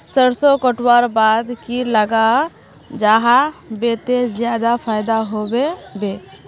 सरसों कटवार बाद की लगा जाहा बे ते ज्यादा फायदा होबे बे?